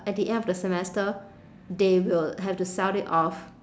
at the end of the semester they will have to sell it off